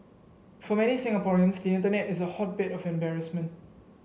for many Singaporeans the internet is a hotbed of embarrassment